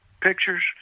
pictures